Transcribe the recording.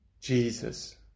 Jesus